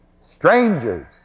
strangers